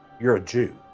you're a jew.